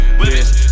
bitch